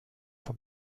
vom